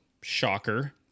Shocker